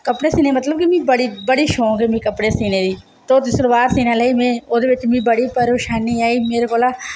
कपड़े सीने दा मतलब कि मिं बड़ी शौंक ऐ मीं कपड़े सीने दी धोबी सलबार सीने च मिगी बडी परेशानी आई